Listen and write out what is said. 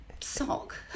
Sock